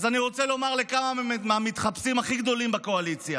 אז אני רוצה לומר לכמה מהמתחפשים הכי גדולים בקואליציה,